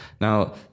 Now